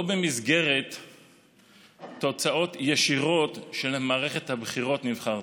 לא במסגרת תוצאות ישירות של מערכת הבחירות נבחרתי.